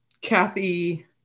Kathy